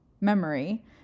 memory